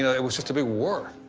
yeah it was just a big war.